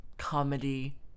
Comedy